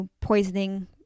poisoning